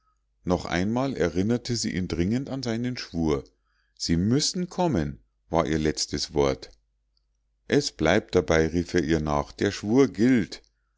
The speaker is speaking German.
noch einmal erinnerte sie ihn dringend an seinen schwur sie müssen kommen war ihr letztes wort es bleibt dabei rief er ihr nach der schwur gilt